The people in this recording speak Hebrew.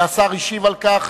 והשר השיב על כך,